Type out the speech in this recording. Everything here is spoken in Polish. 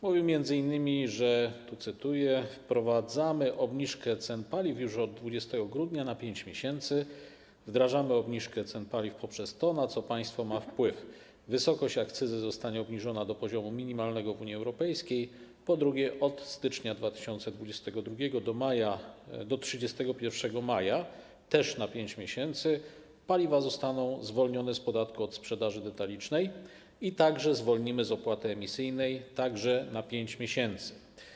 Mówił m.in., że - tu cytuję - wprowadzamy obniżkę cen paliw już od 20 grudnia na 5 miesięcy, wdrażamy obniżkę cen paliw poprzez to, na co państwo ma wpływ: wysokość akcyzy zostanie obniżona do poziomu minimalnego w Unii Europejskiej, po drugie, od stycznia 2022 r. do 31 maja, też na 5 miesięcy, paliwa zostaną zwolnione z podatku od sprzedaży detalicznej, a także zwolnimy z opłaty emisyjnej, również na 5 miesięcy.